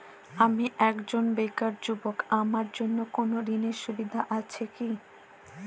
আমি একজন বেকার যুবক আমার জন্য কোন ঋণের সুবিধা আছে কি?